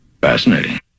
Fascinating